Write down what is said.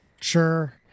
sure